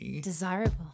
desirable